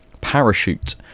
Parachute